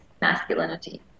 masculinity